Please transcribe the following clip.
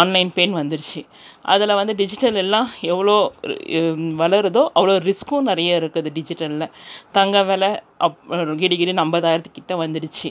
online பேன்னு வந்துருச்சு அதில் வந்து டிஜிட்டல் எல்லாம் எவ்வளோ வளருதோ அவ்வளோ ரிஸ்க்கும் நிறையே இருக்குது டிஜிட்டலில் தங்க விலை அப் கிடு கிடுன் ஐம்பதாயிரத்து கிட்டே வந்துடுச்சு